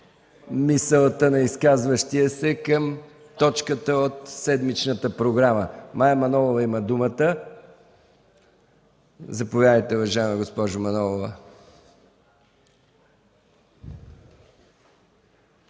мисълта на изказващия се към точката от седмичната програма. Мая Манолова има думата. Заповядайте, уважаема госпожо Манолова.